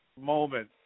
moment